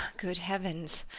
good heavens,